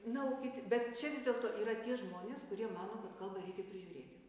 na o kiti bet čia vis dėlto yra tie žmonės kurie mano kad kalbą reikia prižiūrėti